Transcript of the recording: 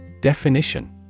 Definition